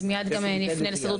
אז מיד גם נפנה להסתדרות